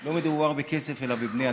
לא מדובר בכסף אלא בבני אדם.